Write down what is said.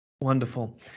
Wonderful